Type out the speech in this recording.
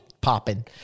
popping